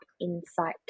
Insight